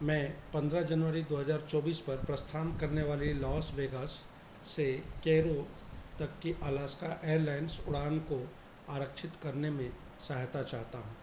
मैं पंद्रह जनवरी दो हज़ार चौबीस पर प्रस्थान करने वाली लाॅस वेगास से कैरो तक की अलास्का एयरलाइंस उड़ान को आरक्षित करने में सहायता चाहता हूँ